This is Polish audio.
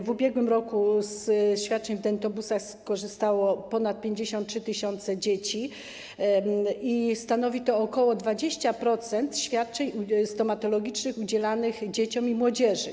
W ubiegłym roku ze świadczeń w dentobusach skorzystało ponad 53 tys. dzieci, stanowi to ok. 20% świadczeń stomatologicznych udzielanych dzieciom i młodzieży.